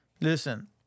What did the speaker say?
Listen